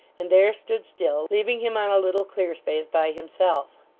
and there stood still, leaving him on a little clear space by himself.